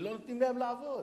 ולא נותנים להם לעבוד.